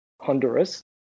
Honduras